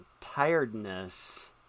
tiredness